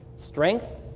strength,